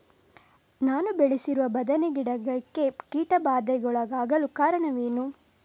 ನಾನು ಬೆಳೆಸಿರುವ ಬದನೆ ಗಿಡಕ್ಕೆ ಕೀಟಬಾಧೆಗೊಳಗಾಗಲು ಕಾರಣವೇನು?